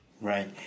Right